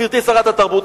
גברתי שרת התרבות,